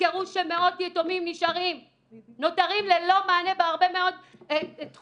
תזכרו שמאות יתומים נותרים ללא מענה בהרבה מאוד תחומים,